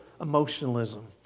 emotionalism